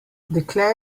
dekle